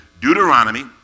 Deuteronomy